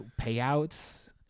payouts